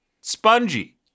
Spongy